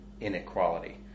inequality